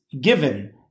given